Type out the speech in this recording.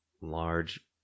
large